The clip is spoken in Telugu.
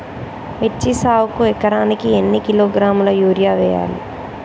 మిర్చి సాగుకు ఎకరానికి ఎన్ని కిలోగ్రాముల యూరియా వేయాలి?